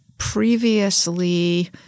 previously